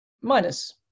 minus